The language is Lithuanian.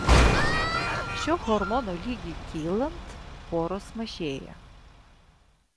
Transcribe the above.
šio hormono lygiui kylant poros mažėja